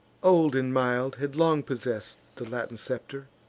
old and mild, had long possess'd the latin scepter,